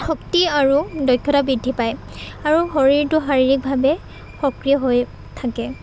শক্তি আৰু দক্ষতা বৃদ্ধি পায় আৰু শৰীৰটো শাৰীৰিকভাৱে সক্ৰিয় হৈ থাকে